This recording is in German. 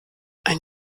ein